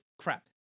crap